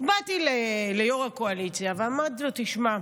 באתי ליו"ר הקואליציה ואמרתי לו: תשמע,